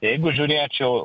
jeigu žiūrėčiau